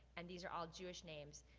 and these are all jewish names,